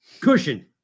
Cushion